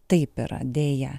taip yra deja